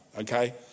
okay